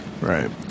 Right